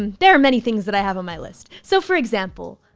and there are many things that i have on my list. so for example.